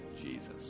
Jesus